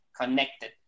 connected